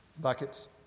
buckets